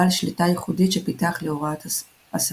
בעל שיטה ייחודית שפיתח להוראת השפה.